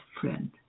friend